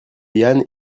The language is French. yann